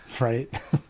right